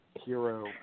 hero